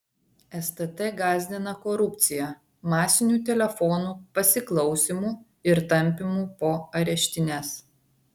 stt gąsdina korupcija masiniu telefonų pasiklausymu ir tampymu po areštines